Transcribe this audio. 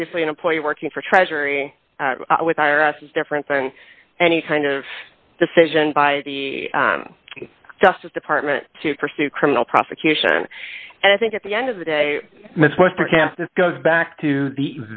obviously an employee working for treasury with i r s is different than any kind of decision by the justice department to pursue criminal prosecution and i think at the end of the day goes back to the